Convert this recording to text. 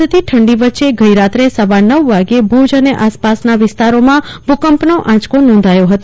વધતી ઠંડી વચ્ચે ગઈ રાત્રે સવા નવ વાગ્યે ભુજ અને આસપાસના વિસ્તારમાં ભૂકંપનો આંચકો નોંધાથો હતો